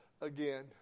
again